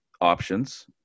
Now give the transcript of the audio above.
options